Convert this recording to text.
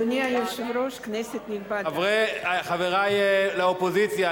חברי לאופוזיציה,